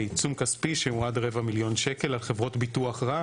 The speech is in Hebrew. זה עיצום כספי שהוא עד רבע מיליון שקל רק על חברות ביטוח,